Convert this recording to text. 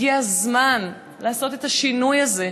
הגיע הזמן לעשות את השינוי הזה.